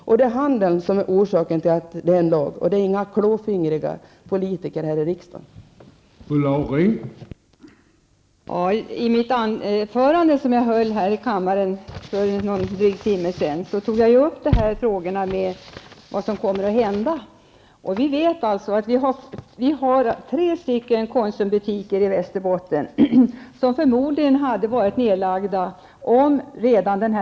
Och det är alltså handeln och inte några klåfingriga politiker här i riksdagen som är orsaken till att det har blivit en lag.